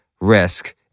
risk